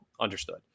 Understood